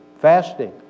fasting